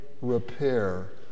repair